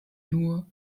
nur